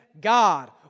God